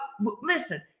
listen